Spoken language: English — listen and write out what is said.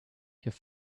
your